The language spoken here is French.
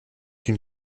une